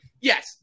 yes